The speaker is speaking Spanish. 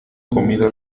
comida